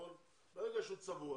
ברגע שהוא צבוע